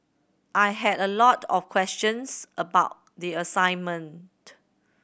I had a lot of questions about the assignment